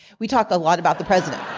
we talk a lot about the president.